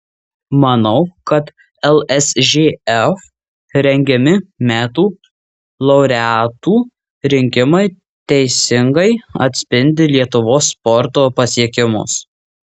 manau kad lsžf rengiami metų laureatų rinkimai teisingai atspindi lietuvos sporto pasiekimus